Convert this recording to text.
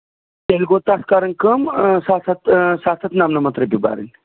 تیٚلہِ گوٚو تَتھ کَرٕنۍ کٲم سَتھ ہَتھ سَتھ ہَتھ نَمنَمَتھ رۄپیہِ بَرٕنۍ